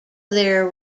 their